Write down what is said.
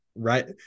right